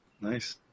Nice